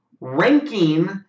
ranking